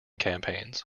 campaigns